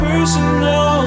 Personal